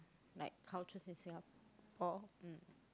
like cultures in Singapore mm